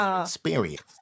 experience